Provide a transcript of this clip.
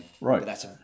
Right